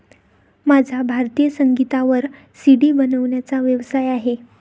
माझा भारतीय संगीतावर सी.डी बनवण्याचा व्यवसाय आहे